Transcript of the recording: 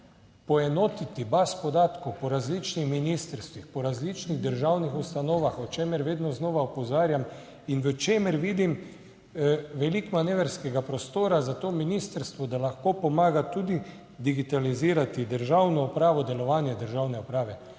poenotiti baz podatkov po različnih ministrstvih, po različnih državnih ustanovah, o čemer vedno znova opozarjam in v čemer vidim veliko manevrskega prostora za to ministrstvo, da lahko pomaga tudi digitalizirati državno upravo, delovanje državne uprave.